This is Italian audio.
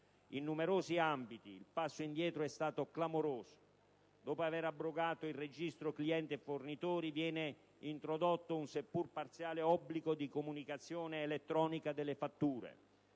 In numerosi ambiti il passo indietro è clamoroso: dopo aver abrogato il registro clienti e fornitori, viene introdotto un seppur parziale obbligo di comunicazione elettronica delle fatture;